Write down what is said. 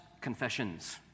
confessions